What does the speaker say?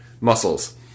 muscles